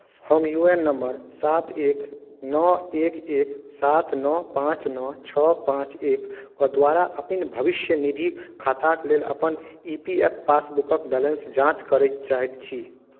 हम U N number सात एक नओ एक एक सात नओ पाँच नओ छओ पाँच एकक द्वारा अपन भविष्यनिधि खाताक लेल अपन ई पी एफ पासबुक क बैलेंस जाँच करय चाहैत छी